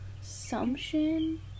assumption